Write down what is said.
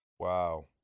Wow